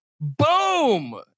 Boom